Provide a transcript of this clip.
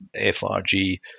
FRG